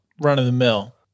run-of-the-mill